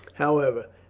however,